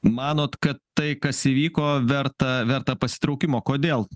manot kad tai kas įvyko verta verta pasitraukimo kodėl